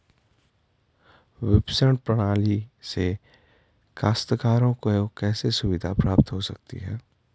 विपणन प्रणाली से काश्तकारों को कैसे सुविधा प्राप्त हो सकती है?